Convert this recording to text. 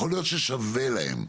יכול להיות ששווה להם,